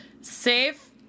safe